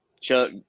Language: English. Chuck